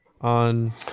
on